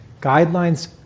guidelines